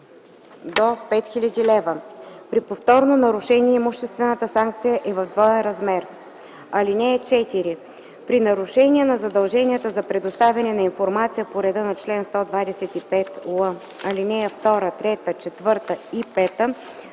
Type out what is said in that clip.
до 5000 лв. При повторно нарушение имуществената санкция е в двоен размер. (4) При нарушение на задълженията за предоставяне на информация по реда на чл. 125л, ал. 2, 3, 4 и 5